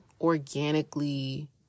organically